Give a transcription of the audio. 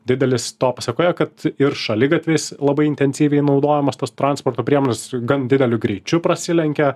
didelis to pasekoje kad ir šaligatviais labai intensyviai naudojamos tos transporto priemonės gan dideliu greičiu prasilenkia